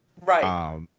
Right